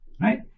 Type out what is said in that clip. Right